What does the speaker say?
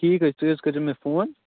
ٹھیٖک حظ چھِ تُہۍ حظ کٔرۍزیو مےٚ فون